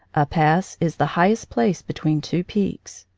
a pass is the highest place between two peaks.